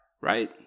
right